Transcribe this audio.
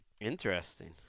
Interesting